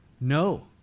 No